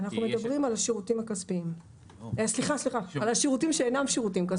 אנחנו מדברים על השירותים שאינם שירותים כספיים.